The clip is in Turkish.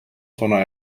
sona